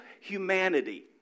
humanity